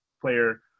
player